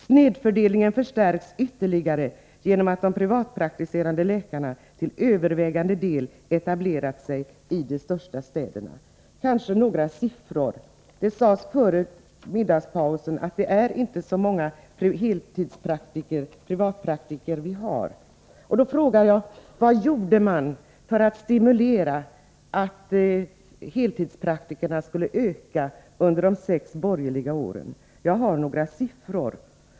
Snedfördelningen förstärks ytterligare av att de privatpraktiserande läkarna till övervägande del etablerat sig i de största städerna. Av debatten före middagspausen framgick att vi inte har så många heltidsverksamma privatpraktiker. Då frågar jag: Vilka stimulansåtgärder vidtogs under de sex borgerliga åren för att öka antalet heltidspraktiker? Jag kan nämna några siffror.